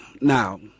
Now